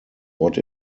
what